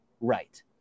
right